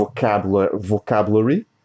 vocabulary